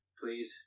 please